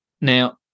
Now